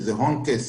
שזה הון כסף,